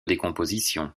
décomposition